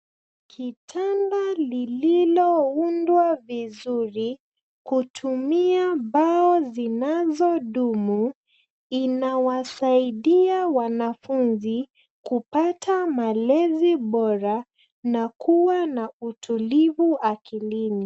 Kitanda lililoundwa vizuri kutumia mbao zinazodumu inawasaidia wanafunzi kupata malezi bora na kuwa na utulivu akilini.